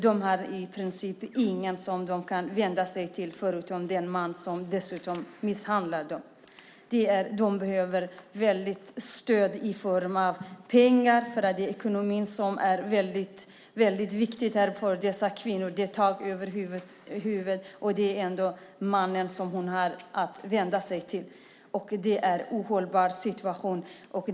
De har i princip ingen som de kan vända sig till förutom den man som dessutom misshandlar dem. De behöver stöd i form av pengar. Ekonomin är väldigt viktig för dessa kvinnor. De behöver tak över huvudet. De har bara mannen att vända sig till. Det är en ohållbar situation.